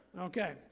Okay